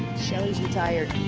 shelley's retired.